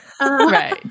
Right